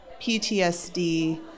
PTSD